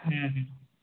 হুম হুম